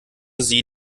sie